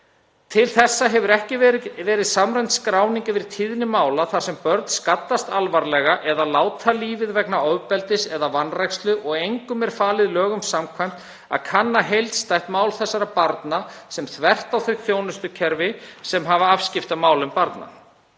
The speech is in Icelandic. Til þessa hefur ekki verið samræmd skráning yfir tíðni mála þar sem börn skaddast alvarlega eða láta lífið vegna ofbeldis eða vanrækslu og engum er falið lögum samkvæmt að kanna heildstætt mál þessara barna þvert á þau þjónustukerfi sem hafa afskipti af málum barna.